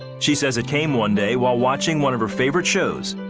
she says it came one day while watching one of her favorite shows,